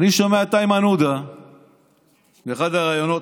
אני שומע את איימן עודה באחד הראיונות,